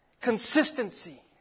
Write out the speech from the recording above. Consistency